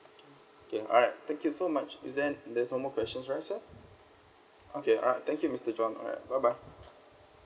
okay alright thank you so much is there there's no more questions right sir okay alright thank you mister chuang alright bye bye